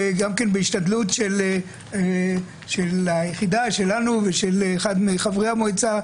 ובהשתדלות של היחידה שלנו ושל אחד מחברי המועצה,